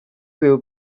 will